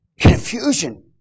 Confusion